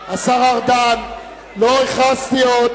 עדיין לא הכרזתי.